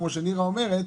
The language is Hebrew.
כמו שנירה אומרת,